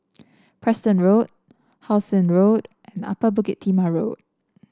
Preston Road How Sun Road and Upper Bukit Timah Road